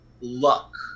luck